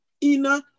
inner